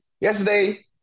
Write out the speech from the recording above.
Yesterday